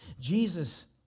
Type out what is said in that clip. Jesus